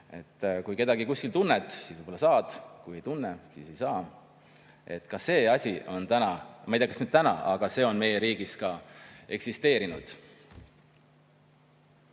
Kui kedagi kuskil tunned, siis võib-olla saad, kui ei tunne, siis ei saa. Ka see asi on täna, ma ei tea, kas nüüd täna, aga see on meie riigis eksisteerinud.